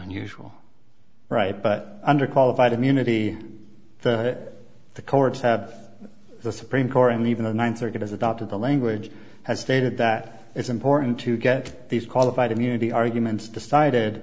unusual right but under qualified immunity that the courts have the supreme court and even the ninth circuit has adopted the language has stated that it's important to get these qualified immunity arguments decided